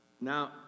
Now